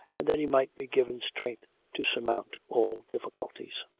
and that he might be given strength to surmount all difficulties.